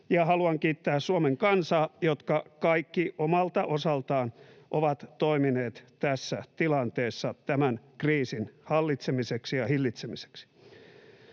haluan kiittää Suomen kansaa, jotka kaikki omalta osaltaan ovat toimineet tässä tilanteessa tämän kriisin hallitsemiseksi ja hillitsemiseksi.